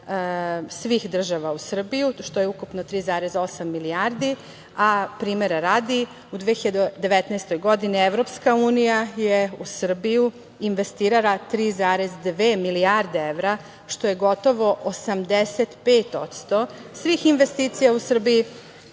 svih država u Srbiju, što je ukupno 3,8 milijardi. Primera radi u 2019. godini EU je u Srbiju investirala 3,2 milijarde evra, što je gotovo 85% svih investicija u Srbiji,